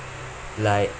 like